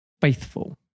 faithful